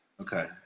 okay